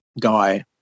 guy